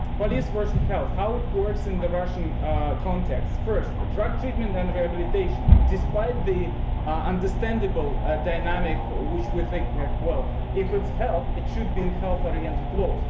police versus health how it works in the russian context. first, drug treatment and rehabilitation despite the understandable dynamic which we think, well, if it's health, it should be in health-oriented clauses.